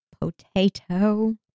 Potato